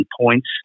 points